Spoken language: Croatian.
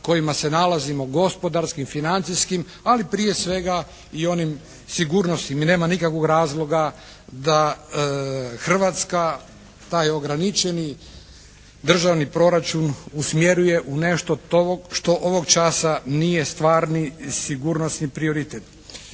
kojima se nalazimo gospodarskim, financijskim, ali prije svega i onim sigurnosnim i nema nikakvog razloga da Hrvatska taj ograničeni državni proračun usmjeruje u nešto što ovog časa nije stvarni i sigurnosni prioritet.